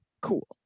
cool